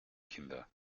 kinder